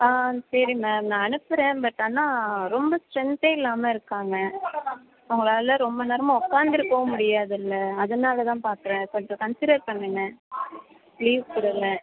ஆ சரி மேம் நான் அனுப்புகிறேன் பட் ஆனால் ரொம்ப ஸ்ட்ரென்த்தே இல்லாமல் இருக்காங்க அவங்களால ரொம்ப நேரமாக உக்காந்திருக்கவும் முடியாதில்ல அதனால தான் பாக்கிறேன் கொஞ்சம் கன்ஸிடர் பண்ணுங்கள் லீவ் கொடுங்க